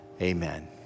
amen